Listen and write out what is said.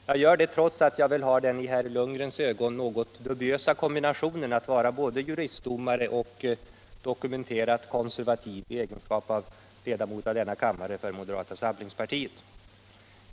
Jag gör det trots att jag är både juristdomare och dokumenterat konservativ i egenskap av ledamot av denna kammare för moderata samlingspartiet — en i herr Lundgrens ögon kanske något dubiös kombination.